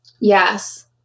Yes